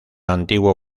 antiguo